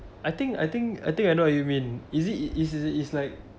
I think I think I think I know what you mean is it is it it's like